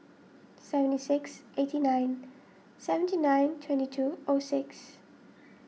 seventy six eighty nine seventy nine twenty two o six